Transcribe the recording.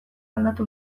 aldatu